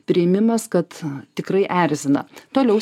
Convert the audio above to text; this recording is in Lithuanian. priėmimas kad tikrai erzina toliau